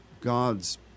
God's